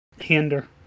Hinder